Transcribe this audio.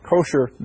kosher